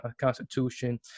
constitution